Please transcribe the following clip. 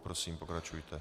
Prosím, pokračujte.